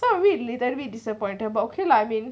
so I'm a little bit disappointed but okay lah I mean